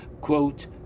quote